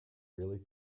really